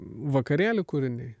vakarėlių kūriniai